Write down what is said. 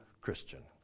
Christian